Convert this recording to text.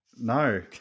No